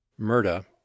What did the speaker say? MURDA